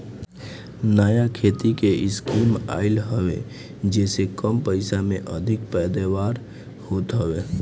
नया खेती के स्कीम आइल हवे जेसे कम पइसा में अधिका पैदावार होत हवे